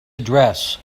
address